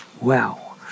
wow